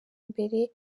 mbere